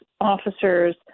officers